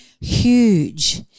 huge